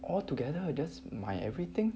altogether just 买 everything